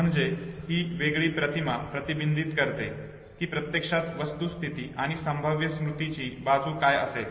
म्हणजे ही वेगळी प्रतिमा प्रतिबिंबित करते की प्रत्यक्षात पूर्वस्थिती आणि संभाव्य स्मृतीची बाजू काय असेल